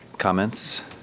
Comments